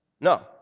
No